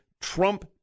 Trump